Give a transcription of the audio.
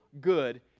good